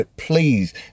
Please